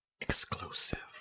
Exclusive